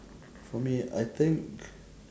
for me I think